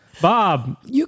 Bob